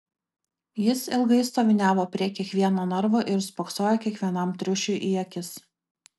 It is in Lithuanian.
jis ilgai stoviniavo prie kiekvieno narvo ir spoksojo kiekvienam triušiui į akis